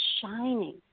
shining